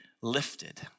lifted